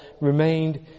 remained